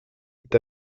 est